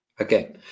Okay